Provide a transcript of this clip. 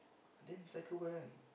then cycle where one